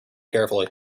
carefully